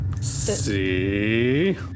See